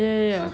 ya ya ya